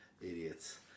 Idiots